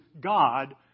God